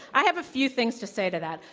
i have a few things to say to that.